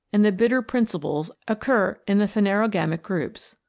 and the bitter principles occur in the phanerogamic groups.